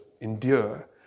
endure